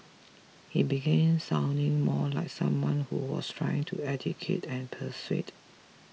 he began sounding more like someone who was trying to educate and persuade